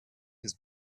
his